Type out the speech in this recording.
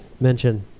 mention